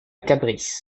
cabris